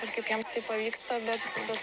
ir kaip jiems tai pavyksta bet bet